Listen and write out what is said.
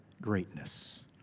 greatness